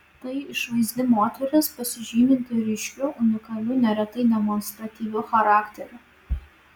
tai išvaizdi moteris pasižyminti ryškiu unikaliu neretai demonstratyviu charakteriu